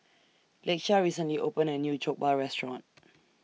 Lakeshia recently opened A New Jokbal Restaurant